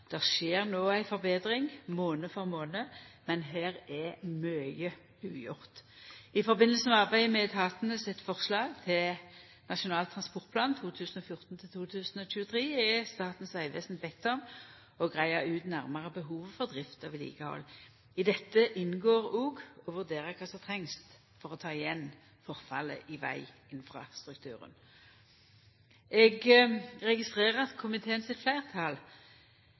Det skjer no ei betring månad for månad, men her er mykje ugjort. I samband med arbeidet med etatane sitt forslag til Nasjonal transportplan 2014–2023 er Statens vegvesen beden om å greia ut nærare behovet for drift og vedlikehald. I dette inngår òg å vurdera kva som trengst for å ta igjen forfallet i veginfrastrukturen. Eg registrerer at komiteen sitt fleirtal,